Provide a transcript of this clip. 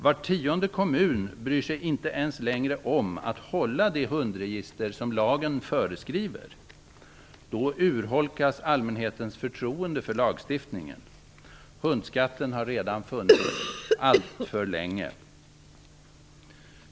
Var tionde kommun bryr sig inte längre ens om att hålla det hundregister som lagen föreskriver. Då urholkas allmänhetens förtroende för lagstiftningen. Hundskatten har redan funnits alltför länge.